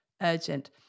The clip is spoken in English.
urgent